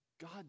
God